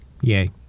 Yay